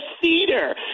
Theater